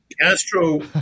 Castro